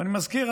ואני מזכיר,